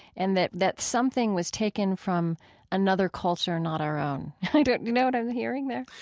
and that that something was taken from another culture, not our own. do you know what i'm hearing there?